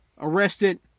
arrested